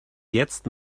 jetzt